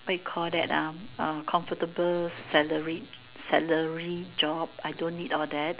what you call that ah uh comfortable salaried salary job I don't need all that